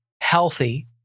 healthy